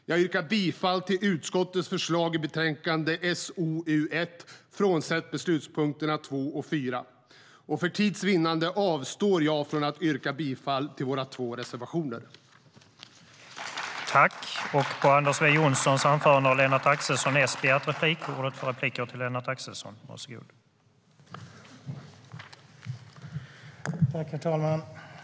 Jag yrkar bifall till utskottets förslag i betänkande SoU1, frånsett beslutspunkterna 2 och 4. För tids vinnande avstår jag från att yrka bifall till våra två reservationer.